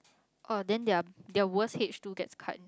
oh then their their worst H two gets cut